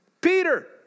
Peter